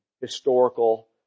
historical